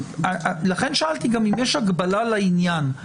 לכן שאלתי גם אם יש הגבלה לעניין.